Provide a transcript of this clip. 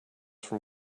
from